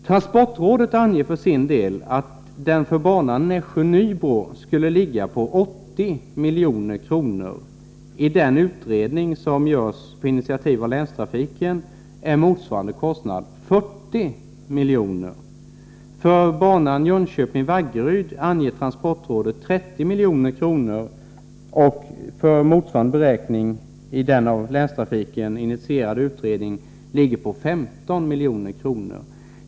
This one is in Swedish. Transportrådet anger för sin del att kostnaderna för banan Nässjö-Nybro skulle ligga på 80 milj.kr. I den utredning som gjorts på initiativ av länstrafiken är motsvarande kostnad 40 milj.kr. För banan Jönköping-Vaggeryd anger transportrådet en kostnad på 30 milj.kr. Motsvarande kostnad enligt den av länstrafiken initierade utredningen ligger på 15 milj.kr.